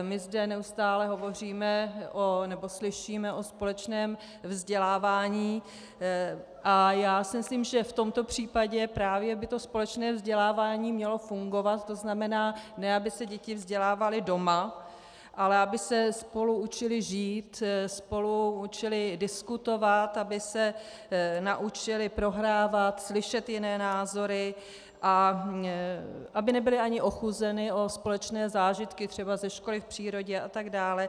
My zde neustále hovoříme nebo slyšíme o společném vzdělávání a já si myslím, že v tomto případě právě by to společné vzdělávání mělo fungovat, to znamená ne aby se děti vzdělávaly doma, ale aby se spolu učily žít, spolu učily diskutovat, aby se naučily prohrávat, slyšet jiné názory a aby nebyly ani ochuzeny o společné zážitky třeba ze školy v přírodě atd.